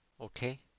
Okay